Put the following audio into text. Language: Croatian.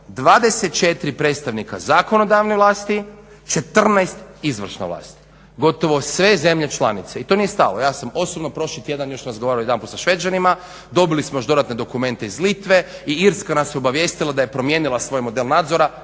24 predstavnika zakonodavne vlasti, 14 izvršne vlasti. Gotovo sve zemlje članice, i to nije stalo, ja sam osobno prošli tjedan još razgovarao jedanput sa Šveđanima dobili smo još dodatne dokumente iz Litve i Irska nas je obavijestila da je promijenila svoj model nadzora